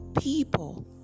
people